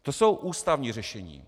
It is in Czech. To jsou ústavní řešení.